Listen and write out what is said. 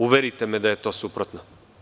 Uverite me da je to suprotno.